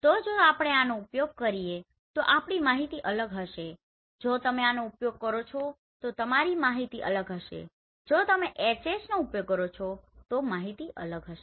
તો જો આપણે આનો ઉપયોગ કરીએ તો આપણી માહિતી અલગ હશે જો તમે આનો ઉપયોગ કરો છો તો તમારી માહિતી અલગ હશે જો તમે HHનો ઉપયોગ કરો છો તો આપણી માહિતી અલગ હશે